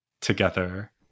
together